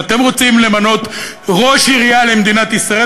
אתם רוצים למנות ראש עירייה למדינת ישראל?